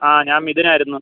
ആ ഞാൻ മിഥുനായിരുന്നു